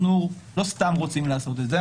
אנחנו לא סתם רוצים לעשות את זה.